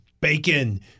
bacon